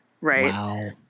right